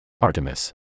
Artemis